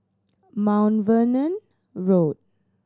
Mount Vernon Road